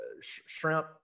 shrimp